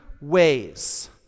ways